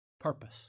Purpose